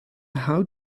how